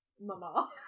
Mama